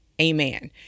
amen